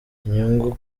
inyungu